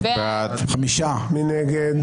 מי נגד?